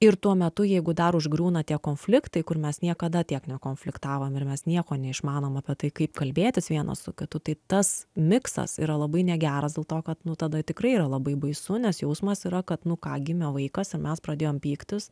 ir tuo metu jeigu dar užgriūna tie konfliktai kur mes niekada tiek nekonfliktavom ir mes nieko neišmanom apie tai kaip kalbėtis vienas su kitu tai tas miksas yra labai negeras dėl to kad nu tada tikrai yra labai baisu nes jausmas yra kad nu ką gimė vaikas ir mes pradėjom pyktis